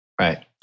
Right